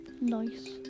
nice